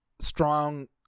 strong